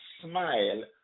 smile